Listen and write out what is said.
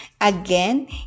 Again